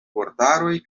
vortaroj